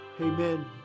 amen